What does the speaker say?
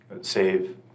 save